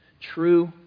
True